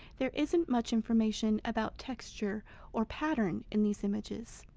there isn't much information about texture or pattern in these images.